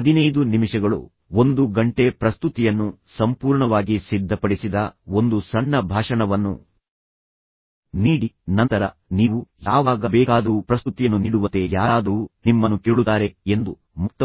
5 ನಿಮಿಷಗಳು 1 ಗಂಟೆ ಪ್ರಸ್ತುತಿಯನ್ನು ಸಂಪೂರ್ಣವಾಗಿ ಸಿದ್ಧಪಡಿಸಿದ ಒಂದು ಸಣ್ಣ ಭಾಷಣವನ್ನು ನೀಡಿ ನಂತರ ನೀವು ಯಾವಾಗ ಬೇಕಾದರೂ ಪ್ರಸ್ತುತಿಯನ್ನು ನೀಡುವಂತೆ ಯಾರಾದರೂ ನಿಮ್ಮನ್ನು ಕೇಳುತ್ತಾರೆ ಎಂದು ಮುಕ್ತವಾಗಿರಿ